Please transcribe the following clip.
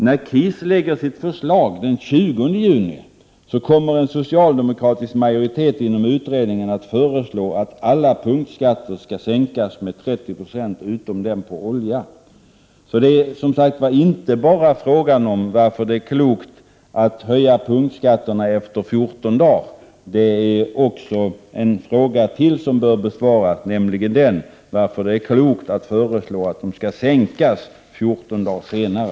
När KIS lägger fram sitt förslag den 20 juni kommer en socialdemokratisk majoritet inom utredningen att föreslå att alla punktskatter skall sänkas med 30 96, utom den på olja. Det är som sagt inte bara fråga om varför det är klokt att höja punktskatterna efter 14 dagar. Det är en fråga till som bör besvaras, nämligen varför det är klokt att föreslå att de skall sänkas 14 dagar senare.